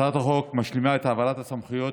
הצעת החוק משלימה את העברת הסמכויות,